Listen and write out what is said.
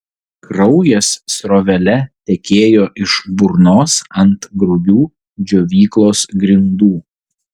kraujas srovele tekėjo iš burnos ant grubių džiovyklos grindų